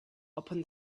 open